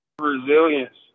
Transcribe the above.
Resilience